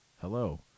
Hello